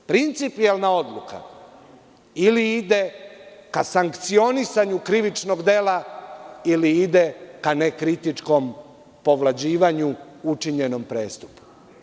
Principijelna odluka ili ide ka sankcionisanju krivičnog dela ili ide ka nekritičkom povlađivanju učinjenog prestupa.